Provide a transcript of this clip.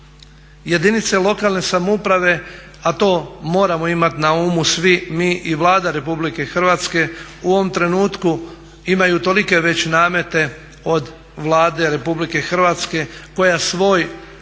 Jedinice lokalne samouprave a to moramo imati na umu svi, mi i Vlada Republike Hrvatske u ovom trenutku imaju tolike već namete od Vlade Republike Hrvatske koja svoj